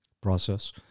process